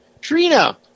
Trina